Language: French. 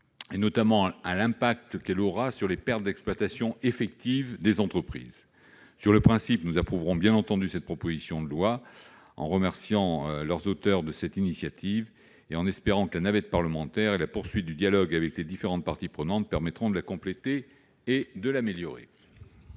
notamment son impact sur les pertes d'exploitation effectives des entreprises. Sur le principe, nous approuverons toutefois cette proposition de loi, en remerciant ses auteurs de leur initiative et en espérant que la navette parlementaire et la poursuite du dialogue avec les différentes parties prenantes permettront de la compléter et de l'améliorer.